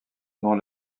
dont